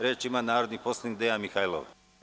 Reč ima narodni poslanik Dejan Mihajlov.